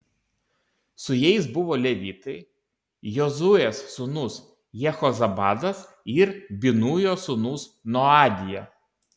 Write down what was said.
su jais buvo levitai jozuės sūnus jehozabadas ir binujo sūnus noadija